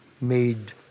made